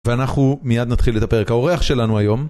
ואנחנו מיד נתחיל את הפרק. האורח שלנו היום...